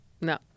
No